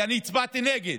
כי אני הצבעתי נגד,